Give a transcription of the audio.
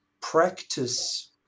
practice